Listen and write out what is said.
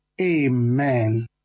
Amen